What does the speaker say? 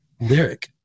lyric